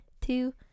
two